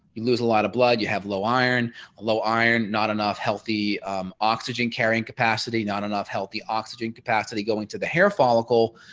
you lose a lot of blood. you have low iron low iron. not enough healthy oxygen carrying capacity, not enough healthy oxygen capacity going to the hair follicle,